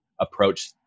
approach